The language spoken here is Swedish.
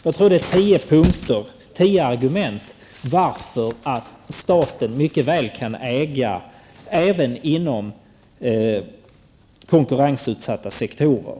Detta är nio argument för att staten mycket väl kan äga företag även inom konkurrensutsatta sektorer.